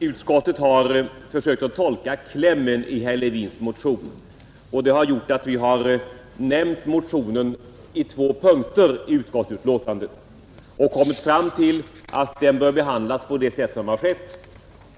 Utskottet har försökt att tolka klämmen i herr Levins motion. Det har gjort att vi har nämnt motionen på två punkter i utskottsbetänkandet och kommit fram till att den bör behandlas på det sätt som har skett.